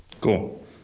cool